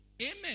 Amen